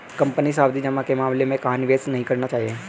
Company सावधि जमा के मामले में कहाँ निवेश नहीं करना है?